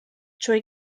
trwy